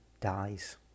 dies